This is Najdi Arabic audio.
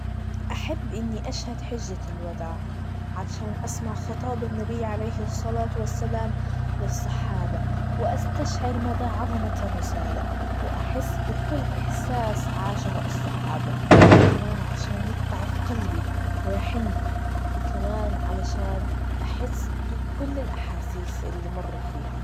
أحب إني أشهد حجة الوداع, علشان أسمع خطاب النبي, عليه الصلاة والسلام, والصحابة, وأستشعر مدى عظمة الرسالة, وأحس بكل إحساس عاشه الصحابة, وكمان علشان يتعظ قلبي, ويحن, وكمان علشان أحس بكل الأحاسيس اللي مروا فيها.